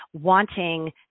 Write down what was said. wanting